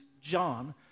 John